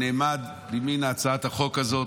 הוא נעמד לימין להצעת החוק הזאת,